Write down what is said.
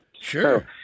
Sure